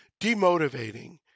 demotivating